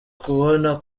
kubona